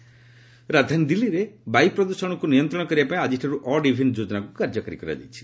odd even ରାଜଧାନୀ ଦିଲ୍ଲୀରେ ବାୟୁ ପ୍ରଦ୍ଧକ୍ଷଣକୁ ନିୟନ୍ତ୍ରଣ କରିବା ପାଇଁ ଆଜିଠାରୁ ଅଡ୍ ଇଭିନ୍ ଯୋଜନାକୁ କାର୍ଯ୍ୟକାରୀ କରାଯାଇଛି